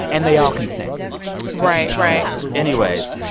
and they all can sing right. right yeah anyways,